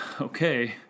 okay